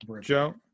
Joe